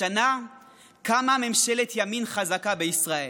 השנה קמה ממשלת ימין חזקה בישראל.